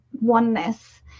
oneness